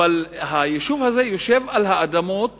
אבל היישוב הזה יושב על האדמות